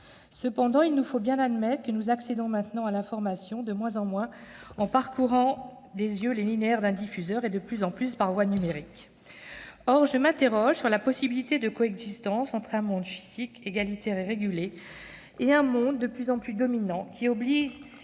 Cependant, il faut bien admettre que nous accédons désormais de moins en moins à l'information en parcourant des yeux les linéaires d'un diffuseur, et de plus en plus par voie numérique. Or je m'interroge sur la possibilité de coexistence entre un monde physique, égalitaire et régulé et un monde, de plus en plus dominant, obéissant